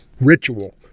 ritual